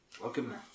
Welcome